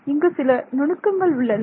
இங்கு சில நுணுக்கங்கள் உள்ளன